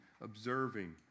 observing